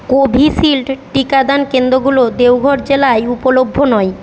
Covishield টিকাদান কেন্দ্রগুলো দেওঘর জেলায় উপলব্ধ নয়